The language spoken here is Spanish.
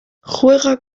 juega